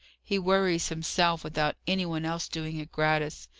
he worries himself, without any one else doing it gratis.